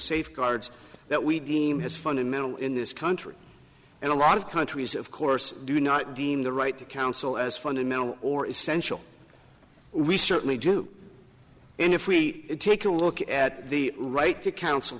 safeguards that we deem his fundamental in this country and a lot of countries of course do not deem the right to counsel as fundamental or essential we certainly do and if we take a look at the right to counsel